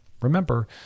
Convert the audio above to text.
Remember